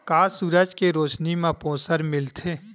का सूरज के रोशनी म पोषण मिलथे?